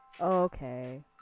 okay